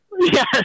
Yes